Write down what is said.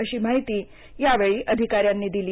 अशी माहिती यावेळी अधिकाऱ्यांनी दिली